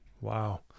wow